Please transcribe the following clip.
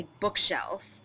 bookshelf